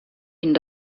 ihnen